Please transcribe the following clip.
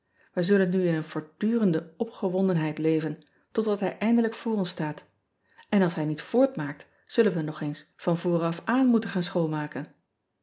ij zullen nu in een voortdurende opgewondenheid leven tot dat hij eindelijk voor ons staat n als hij niet voortmaakt zullen wij nog eens van voren af aan moeten gaan schoonmaken